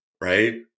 right